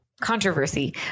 controversy